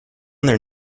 their